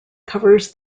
covers